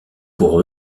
pour